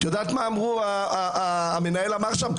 את יודעת מה המנהל אמר שם?